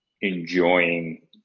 enjoying